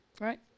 Right